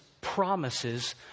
promises